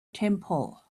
temple